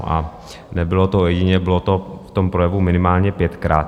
A nebylo to ojedinělé, bylo to v tom projevu minimálně pětkrát.